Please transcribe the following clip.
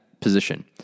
position